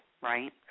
right